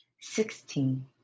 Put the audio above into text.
sixteen